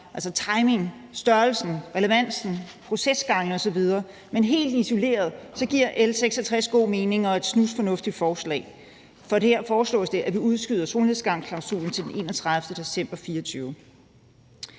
altså timingen, størrelsen, relevansen, procesgangene osv., men helt isoleret giver L 66 god mening og er et snusfornuftigt forslag, for her foreslås det, at vi udskyder solnedgangsklausulen til den 31. december 2024.